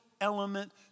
element